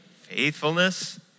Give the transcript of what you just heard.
faithfulness